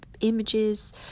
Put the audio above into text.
images